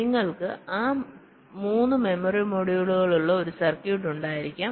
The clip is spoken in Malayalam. നിങ്ങൾക്ക് 3 മെമ്മറി മൊഡ്യൂളുകളുള്ള ഒരു സർക്യൂട്ട് ഉണ്ടായിരിക്കാം